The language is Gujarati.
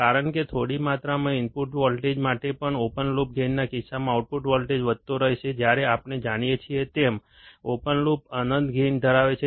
કારણ કે થોડી માત્રામાં ઇનપુટ વોલ્ટેજ માટે પણ ઓપન લૂપ ગેઇનના કિસ્સામાં આઉટપુટ વોલ્ટેજ વધતો રહેશે જ્યાં આપણે જાણીએ છીએ તેમ ઓપન લૂપ અનંત ગેઇન ધરાવે છે